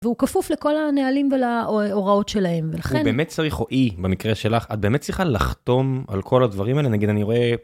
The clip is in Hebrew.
והוא כפוף לכל הנהלים ולהוראות שלהם, ולכן... הוא באמת צריך, או היא, במקרה שלך, את באמת צריכה לחתום על כל הדברים האלה. נגיד, אני רואה...